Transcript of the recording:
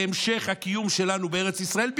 להמשך הקיום שלנו בארץ ישראל,